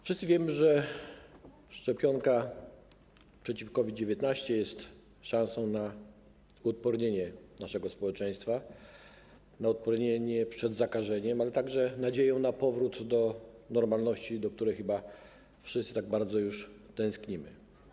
Wszyscy wiemy, że szczepionka przeciw COVID-19 daje szansę na uodpornienie naszego społeczeństwa, na uodpornienie na zakażenie, ale także nadzieję na powrót do normalności, za którą chyba wszyscy tak bardzo tęsknimy.